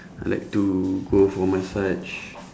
I like to go for massage